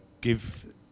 give